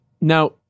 Now